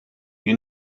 you